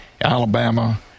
Alabama